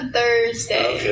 Thursday